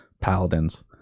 paladins